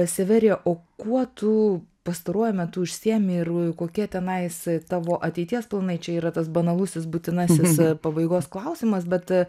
severija o kuo tu pastaruoju metu užsiimi ir kokie tenais tavo ateities planai čia yra tas banalusis būtinasis pabaigos klausimas bet